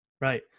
Right